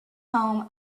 home